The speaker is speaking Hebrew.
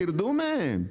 תרדו מהם.